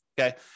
okay